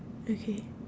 okay